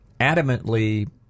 adamantly